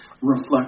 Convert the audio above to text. reflect